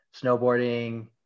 snowboarding